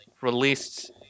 released